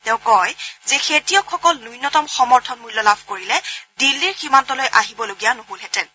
তেওঁ কয় যে খেতিয়কসকল ন্যনতম সমৰ্থনমূল্য লাভ কৰিলে দিল্লীৰ সীমান্তলৈ আহিবলগীয়া নহ'লহেতেন